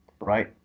right